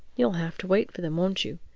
you'll have to wait for them, won't you?